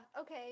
okay